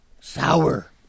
sour